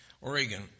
Oregon